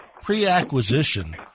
pre-acquisition